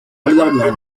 partnership